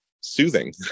soothing